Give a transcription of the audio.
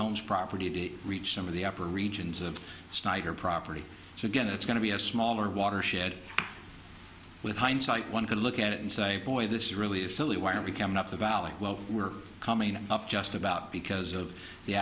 homes property to reach some of the upper regions of snyder property so again it's going to be a smaller watershed with hindsight one could look at it and say boy this really is silly why are we coming up the valley well we're coming up just about because of the